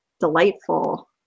delightful